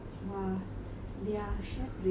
their chefs really good sia